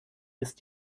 ist